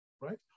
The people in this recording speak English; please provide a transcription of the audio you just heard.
right